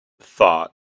thought